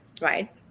Right